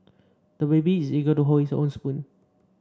the baby is eager to hold his own spoon